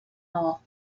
all